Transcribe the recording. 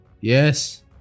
Yes